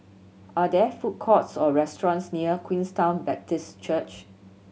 are there food courts or restaurants near Queenstown Baptist Church